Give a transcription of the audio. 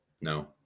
No